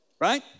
right